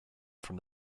from